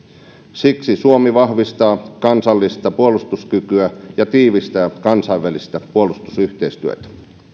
siksi suomi vahvistaa kansallista puolustuskykyä ja tiivistää kansainvälistä puolustusyhteistyötä